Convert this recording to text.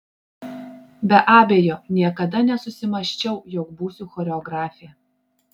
be abejo niekada nesusimąsčiau jog būsiu choreografė